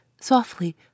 softly